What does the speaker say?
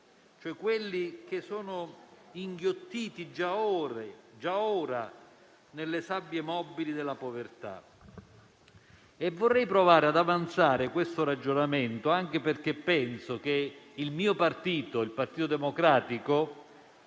cioè di coloro che sono inghiottiti già ora nelle sabbie mobili della povertà. Vorrei provare ad avanzare questo ragionamento, anche perché penso che il mio partito, il Partito Democratico,